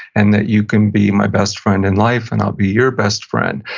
and that you can be my best friend in life, and i'll be your best friend.